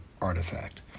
artifact